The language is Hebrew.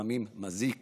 לפעמים מזיק